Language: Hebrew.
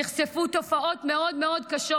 נחשפו תופעות מאוד מאוד קשות.